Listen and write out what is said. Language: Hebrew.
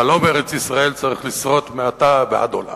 חלום ארץ-ישראל צריך לשרוד מעתה ועד עולם,